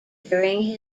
during